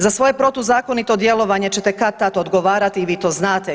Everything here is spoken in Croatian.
Za svoje protuzakonito djelovanje ćete kad-tad odgovarati i vi to znate.